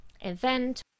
event